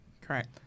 Correct